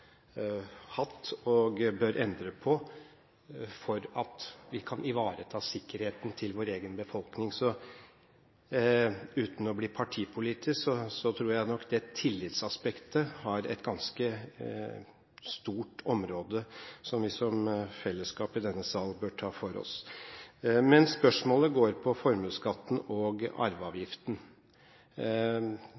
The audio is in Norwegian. hatt, og bør endre på for at vi kan ivareta sikkerheten til vår egen befolkning. Uten å bli partipolitisk tror jeg nok det tillitsaspektet har et ganske stort område, som vi som fellesskap i denne sal bør ta for oss. Men spørsmålet går på formuesskatten og